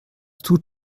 tut